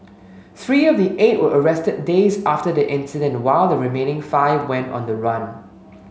three of the eight were arrested days after the incident while the remaining five went on the run